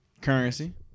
Currency